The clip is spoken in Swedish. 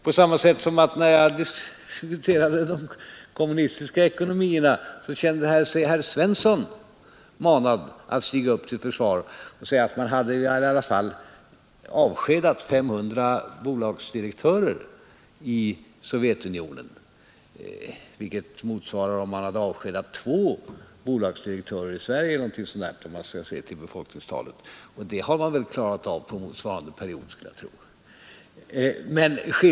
På samma sätt kände sig herr Svensson i Malmö, när jag diskuterade de kommunistiska teorierna, manad att stiga upp till försvar och sade att man i alla fall hade avskedat 500 bolagsdirektörer i Sovjetunionen. Det motsvarar två avskedade bolagsdirektörer i Sverige, om man ser till befolkningstalet, och det har man väl klarat av här under motsvarande period skulle jag tro.